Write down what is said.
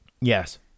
Yes